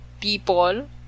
people